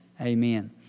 Amen